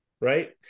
Right